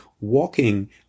walking